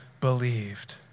believed